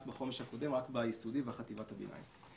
בחומש הקודם רק ביסודי ובחטיבת הביניים.